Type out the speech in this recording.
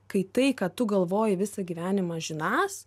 kai tai ką tu galvoji visą gyvenimą žinąs